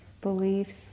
beliefs